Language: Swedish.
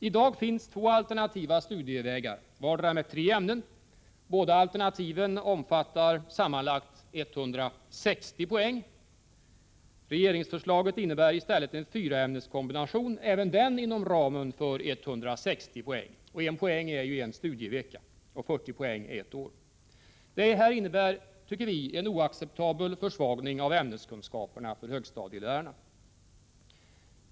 I dag finns det två alternativa studievägar, vartdera med tre ämnen. Båda alternativen omfattar sammanlagt 160 poäng. Regeringsförslaget innebär i stället en fyraämneskombination, även den inom ramen för 160 poäng. Och 1 poäng är ju en studievecka och 40 poäng ett års studier. Detta innebär, enligt vår mening, en oacceptabel försvagning av ämneskunskaperna för högstadielärarna.